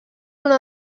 una